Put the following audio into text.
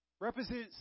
represents